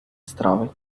страви